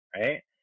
Right